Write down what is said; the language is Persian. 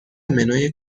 منوی